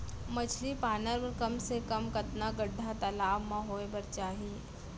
मछली पालन बर कम से कम कतका गड्डा तालाब म होये बर चाही?